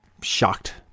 Shocked